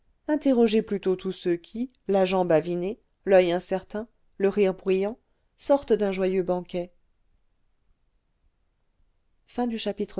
interrogez plutôt tous ceux qui la jambe avinée l'oeil incertain le rire bruyant sortent d'un joyeux banquet